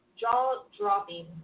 jaw-dropping